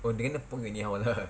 oh they gonna pull anyhow lah